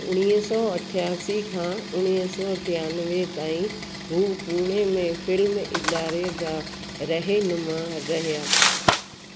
उणिवह सौ अठासी खां उणिवह सौ टियानवे ताईं हू पुने में फिल्म इदारे जा रहनुमा रहिया